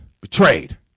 betrayed